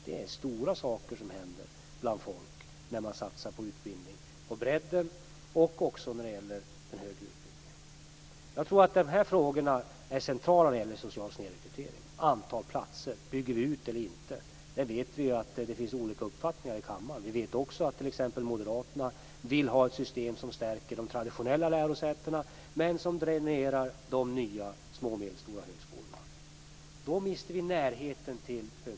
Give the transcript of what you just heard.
Det är stora saker som händer bland folk när man satsar på utbildning på bredden också när det gäller den högre utbildningen. Jag tror att dessa frågor är centrala när det gäller den sociala snedrekryteringen, dvs. antal platser. Bygger vi ut eller inte? Vi vet att det finns olika uppfattningar om detta i kammaren. Vi vet också att t.ex. Moderaterna vill ha ett system som stärker de traditionella lärosätena men dränerar den nya små och medelstora högskolorna. Då mister vi närheten till högskolan.